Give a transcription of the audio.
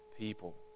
people